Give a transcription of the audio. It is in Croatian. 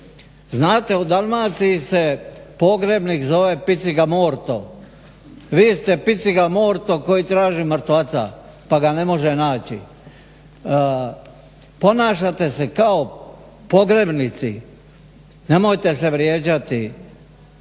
Znate u Dalmaciji se pogrebnik zove picigamorto. Vi ste picigamorto koji traži mrtvaca pa ga ne može naći. Ponašate se kao pogrebnici, nemojte se vrijeđati